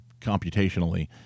computationally